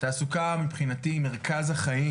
התעסוקה מבחינתי היא מרכז החיים.